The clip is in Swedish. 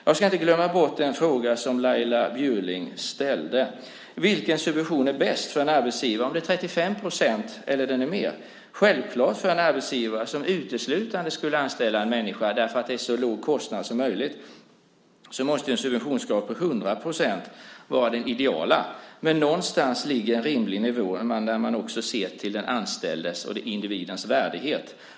Jag ska inte glömma bort den fråga som Laila Bjurling ställde: Vilken subvention är bäst för en arbetsgivare, 35 % eller mer? För en arbetsgivare som uteslutande skulle anställa en människa för att kostnaden är så låg som möjligt måste självklart en subventionsgrad på 100 % vara den ideala. Någonstans ligger dock en rimlig nivå där man också ser till den anställdes och individens värdighet.